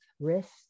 wrists